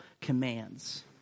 commands